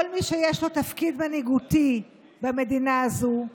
כל מי שיש לו תפקיד מנהיגותי במדינה הזו,